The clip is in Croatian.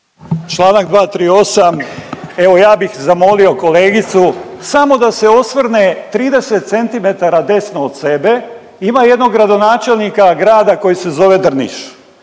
Čl. 238., evo ja bih zamolio kolegicu samo da se osvrne 30 centimetara desno od sebe, ima jednog gradonačelnika grada koji se zove Drniš.